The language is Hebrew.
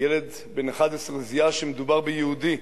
ילד בן 11 זיהה שמדובר ביהודי,